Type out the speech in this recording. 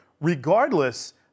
Regardless